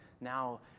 Now